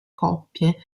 coppie